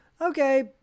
okay